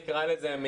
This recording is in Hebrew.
נקרא לזה,